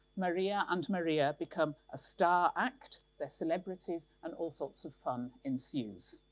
maria and maria become a start act. they are celebrities and all sorts of fun ensues.